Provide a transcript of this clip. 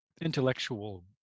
intellectual